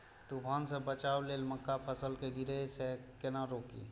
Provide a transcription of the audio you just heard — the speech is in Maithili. तुफान से बचाव लेल मक्का फसल के गिरे से केना रोकी?